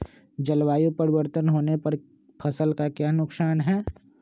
जलवायु परिवर्तन होने पर फसल का क्या नुकसान है?